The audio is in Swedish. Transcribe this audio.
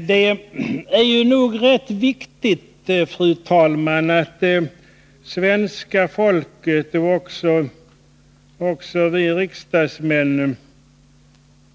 Det är nog rätt viktigt, fru talman, att svenska folket och också vi riksdagsmän